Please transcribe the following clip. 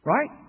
Right